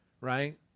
right